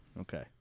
okay